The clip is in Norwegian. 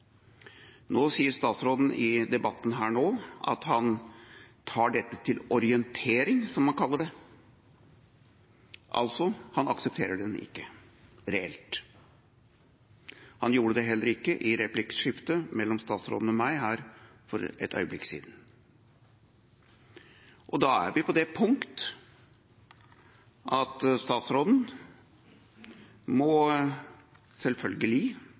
Nå sier statsråden i debatten her at han tar dette til orientering, som han kaller det, altså: Han aksepterer den ikke, reelt. Han gjorde det heller ikke i replikkordskiftet mellom statsråden og meg her for et øyeblikk siden. Da er vi på det punkt at statsråden selvfølgelig – det er jo selvfølgelig,